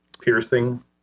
piercing